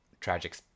tragic